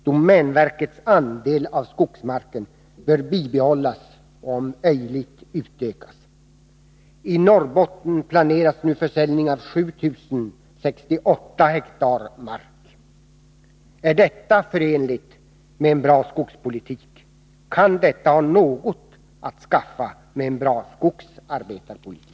Domänverkets andel av skogsmarken bör bibehållas och, om möjligt, utökas. I Norrbotten planeras nu försäljning av 7068 hektar mark. Är detta förenligt med en bra skogspolitik? Kan detta ha något att skaffa med en bra skogsarbetarpolitik?